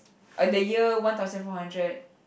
at the year one thousand four hundred